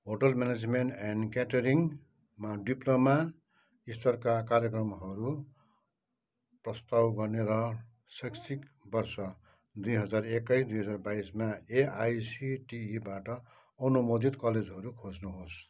hotel management and क्याटरिङमा diploma स्तरका कार्यक्रमहरू प्रस्ताव गर्ने र शैक्षिक वर्ष दुई हजार एकाइस दुई हजार बाइसमा एआइसिटिईबाट अनुमोदित कलेजहरू खोज्नुहोस्